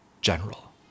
general